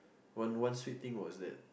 one one sweet thing was that